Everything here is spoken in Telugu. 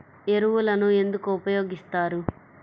ఎరువులను ఎందుకు ఉపయోగిస్తారు?